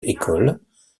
écoles